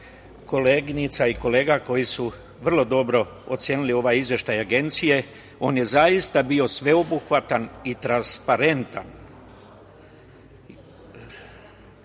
koleginica i kolega koji su vrlo dobro ocenili ovaj izveštaj Agencije. On je zaista bio sveobuhvatan i transparentan.